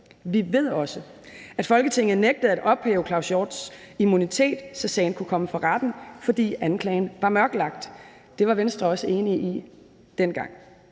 Vi ved også, at Folketinget nægtede at ophæve Claus Hjort Frederiksens immunitet, så sagen kunne komme for retten, fordi anklagen var mørkelagt. Det var Venstre også enige i dengang.